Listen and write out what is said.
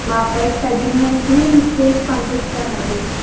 మా అబ్బాయికి తగ్గిన వెంటనే నేను స్కూల్ కి పంపిస్తానండి